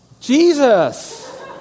Jesus